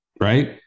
right